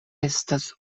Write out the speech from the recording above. estas